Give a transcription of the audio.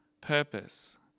purpose